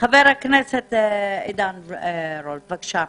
חבר הכנסת עידן רול, בבקשה.